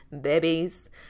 babies